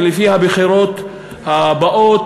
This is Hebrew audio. לפי הבחירות הבאות,